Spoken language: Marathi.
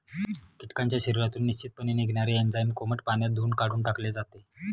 कीटकांच्या शरीरातून निश्चितपणे निघणारे एन्झाईम कोमट पाण्यात धुऊन काढून टाकले जाते